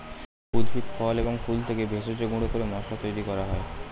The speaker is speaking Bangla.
উদ্ভিদ, ফল এবং ফুল থেকে ভেষজ গুঁড়ো করে মশলা তৈরি করা হয়